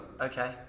Okay